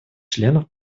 членов